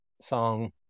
song